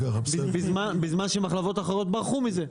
בזמן שמחלבות אחרות ברחו מזה.